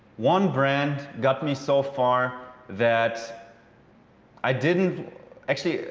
one brand got me so far that i didn't actually,